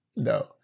No